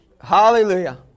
Hallelujah